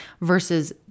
versus